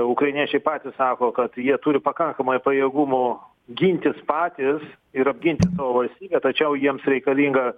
ukrainiečiai patys sako kad jie turi pakankamai pajėgumų gintis patys ir apginti valstybę tačiau jiems reikalinga